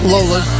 Lola